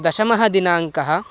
दशमः दिनाङ्कः